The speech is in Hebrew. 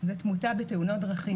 זה תמותה בתאונות דרכים,